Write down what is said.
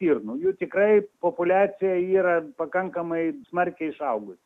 stirnų jų tikrai populiacija yra pakankamai smarkiai išaugusi